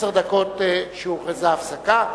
ונתחדשה בשעה 11:21.)